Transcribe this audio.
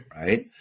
Right